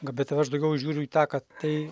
bet aš daugiau žiūriu į tą kad tai